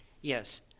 Yes